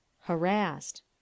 Harassed